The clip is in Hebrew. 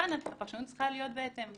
ולכן הפרשנות צריכה להיות בהתאם.